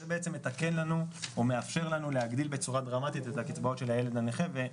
זה מאפשר לנו להגדיל בצורה דרמטית את הקצבאות של הילד הנכה.